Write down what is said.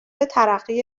ترقی